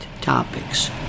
topics